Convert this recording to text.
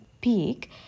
peak